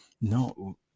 No